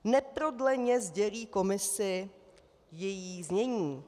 Neprodleně sdělí Komisi její znění.